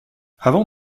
avant